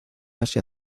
asia